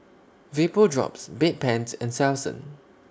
Vapodrops Bedpans and Selsun